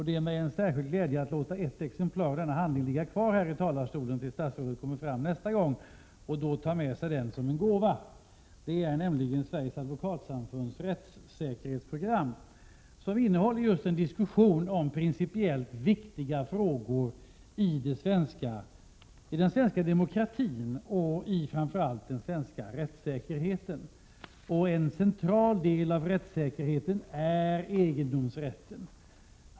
Det är mig en särskild glädje att låta ett exemplar av denna handling ligga kvar i talarstolen tills statsrådet kommer upp nästa gång. Han kan då ta med sig det som en gåva. Det rör sig om Sveriges Advokatsamfunds rättssäkerhetsprogram, som innehåller just en diskussion om principiellt viktiga frågor i den svenska demokratin och framför allt den svenska rättssäkerheten. En central del av rättssäkerheten är egendomsrätten.